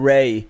Ray